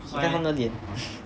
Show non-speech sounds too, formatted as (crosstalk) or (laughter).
你看到他们的脸吗 (laughs)